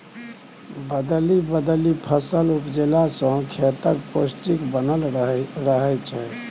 बदलि बदलि फसल उपजेला सँ खेतक पौष्टिक बनल रहय छै